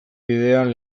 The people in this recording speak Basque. bidean